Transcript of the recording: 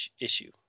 issue